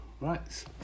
right